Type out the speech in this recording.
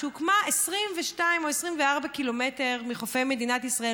שהוקמה 22 או 24 קילומטר מחופי מדינת ישראל,